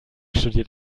studiert